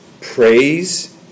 Praise